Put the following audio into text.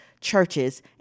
churches